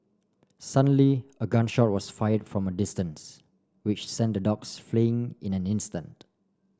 suddenly a gun shot was fired from distance which sent the dogs fleeing in an instant